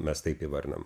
mes taip įvardinam